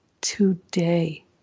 today